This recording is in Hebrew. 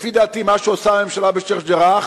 לפי דעתי, מה שעושה הממשלה בשיח'-ג'ראח